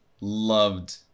loved